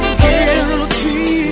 guilty